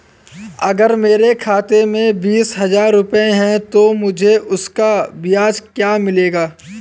अगर मेरे खाते में बीस हज़ार रुपये हैं तो मुझे उसका ब्याज क्या मिलेगा?